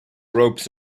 ropes